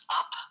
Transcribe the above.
up